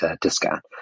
discount